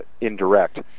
indirect